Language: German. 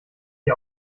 ihr